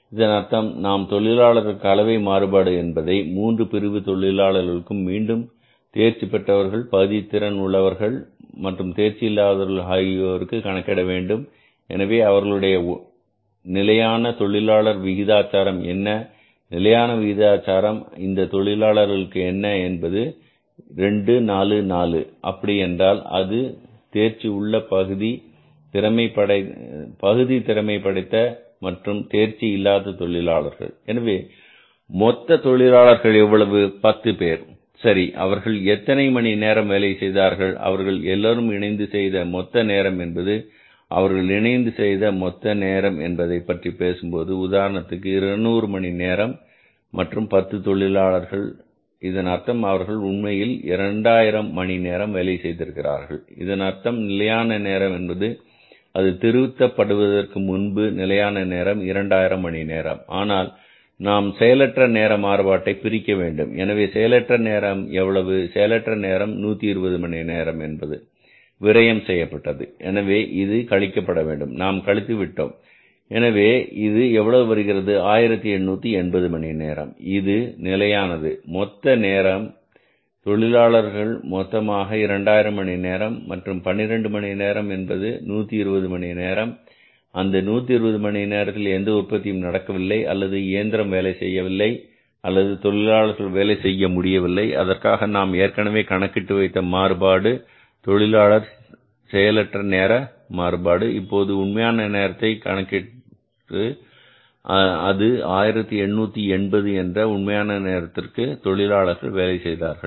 இதன் அர்த்தம் நாம் தொழிலாளர் கலவை மாறுபாடு என்பதை 3 பிரிவு தொழிலாளர்களுக்கும் மீண்டும் தேர்ச்சி பெற்றவர்கள் பகுதி திறன் உள்ளவர்கள் மற்றும் தேர்ச்சி இல்லாதவர்கள் ஆகியோருக்கு கணக்கிட வேண்டும் எனவே அவர்கள் உடைய நிலையான தொழிலாளர் விகிதாச்சாரம் என்ன நிலையான விகிதாச்சாரம் இந்த தொழிலாளர்களுக்கு என்பது 244 அப்படி என்றால் அது தேர்ச்சி உள்ள பகுதி திறமை படைத்த மற்றும் தேர்ச்சி இல்லாத தொழிலாளர்கள் எனவே மொத்த தொழிலாளர்கள் எவ்வளவு 10 பேர் சரி அவர்கள் எத்தனை மணிநேரம் வேலை செய்தார்கள் அவர்கள் எல்லோரும் இணைந்து செய்த மொத்த நேரம் எவ்வளவு அவர்கள் இணைந்து செய்த மொத்த நேரம் என்பதை பற்றி பேசும் போது உதாரணத்திற்கு 200 மணி நேரம் மற்றும் 10 தொழிலாளர்கள் இதன் அர்த்தம் அவர்கள் உண்மையில் 2000 மணி நேரம் வேலை செய்திருக்கிறார்கள் இதன் அர்த்தம் நிலையான நேரம் என்பது அது திருத்தப் படுவதற்கு முன்பு நிலையான நேரம் 2000 மணி நேரம் ஆனால் இதில் நாம் செயலற்ற நேர மாறுபாட்டை பிரிக்க வேண்டும் எனவே செயலற்ற நேரம் எவ்வளவு செயலற்ற நேரம் என்பது 120 மணி நேரம் என்பது விரையம் செய்யப்பட்டது எனவே இது கழிக்கப்பட வேண்டும் நாம் கழித்து விட்டோம் எனவே இது எவ்வளவு வருகிறது 1880 மணிநேரம் இது நிலையானது மொத்த நிலையான நேரம் தொழிலாளர்கள் மொத்தமாக 2000 மணி நேரம் மற்றும் 12 மணி நேரம் என்பது 120 மணி நேரம் அந்த 120 மணி நேரத்தில் எந்த உற்பத்தியும் நடக்கவில்லை அல்லது இயந்திரம் வேலை செய்யவில்லை அல்லது தொழிலாளர்களால் வேலை செய்ய முடியவில்லை அதற்காக நாம் ஏற்கனவே கணக்கிட்டு வைத்த மாறுபாடு தொழிலாளர் செயலற்ற நேர மாறுபாடு இப்போது நாம் உண்மையான நிலையான நேரத்தை எப்படி கணக்கிடுவது அது 1880 என்ற உண்மையான நேரத்திற்கு தொழிலாளர்கள் வேலை செய்தார்கள்